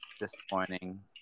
disappointing